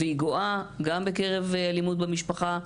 והיא גואה גם בקרב אלימות במשפחה,